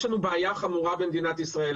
יש לנו בעיה חמורה במדינת ישראל,